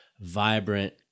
vibrant